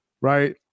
right